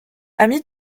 amis